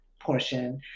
portion